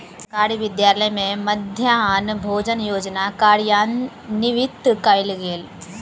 सरकारी विद्यालय में मध्याह्न भोजन योजना कार्यान्वित कयल गेल